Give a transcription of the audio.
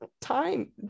time